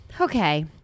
Okay